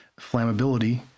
flammability